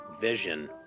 vision